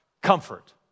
comfort